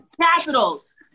Capitals